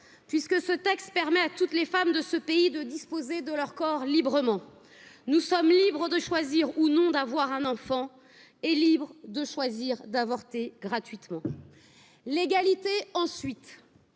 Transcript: puisque ce texte permett à toutes les femmes de ce pays de disposer de leur corps librement, nous sommes libres de choisir ou non d'avoir un enfant et libres de choisir d'avorter gratuitement. L'égalité ensuite,